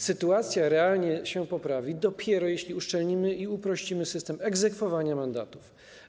Sytuacja realnie się poprawi, dopiero gdy uszczelnimy i uprościmy system egzekwowania mandatów.